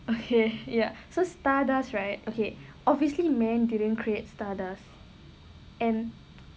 okay ya so stardust right okay obviously man didn't create stardust and